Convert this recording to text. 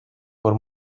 for